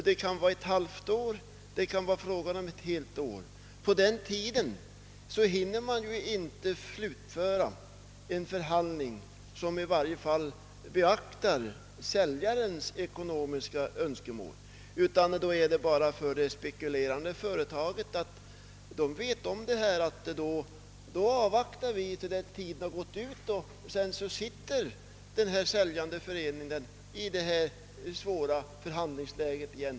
Den kan vara ett halvt eller ett helt år, men på denna tid hinner inte en förhandling slutföras som beaktar säljarens ekonomiska önskemål. Det spekulerande företaget känner till förhållandet och avvaktar tills tiden gått ut och sedan sitter den säljande föreningen i ett lika svårt förhandlingsläge igen.